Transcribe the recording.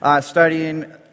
studying